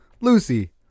Lucy